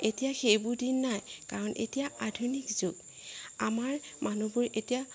এতিয়া সেইবোৰ দিন নাই কাৰণ এতিয়া আধুনিক যুগ আমাৰ মানুহবোৰ এতিয়া